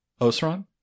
Osran